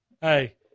Hey